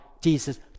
Jesus